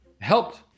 helped